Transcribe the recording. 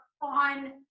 on